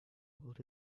hold